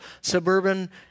suburban